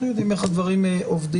אנחנו יודעים איך הדברים עובדים.